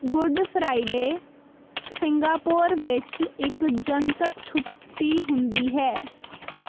good Friday Singapore ਵਿੱਚ ਇੱਕ ਜਨਤਕ ਛੁੱਟੀ ਹੁੰਦੀ ਹੈ